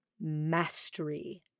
mastery